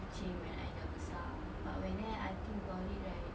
kucing when I dah besar but when I think about it right